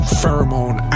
pheromone